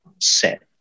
set